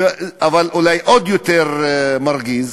אבל אולי עוד יותר מרגיז,